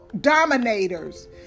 dominators